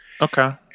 Okay